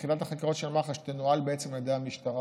שיחידת החקירות של מח"ש תנוהל בעצם על ידי המשטרה.